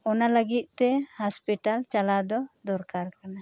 ᱚᱱᱟ ᱞᱟᱹᱜᱤᱫ ᱛᱮ ᱦᱟᱥᱯᱤᱴᱟᱞ ᱪᱟᱞᱟᱣ ᱫᱚ ᱫᱚᱨᱠᱟᱨ ᱠᱟᱱᱟ